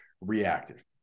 reactive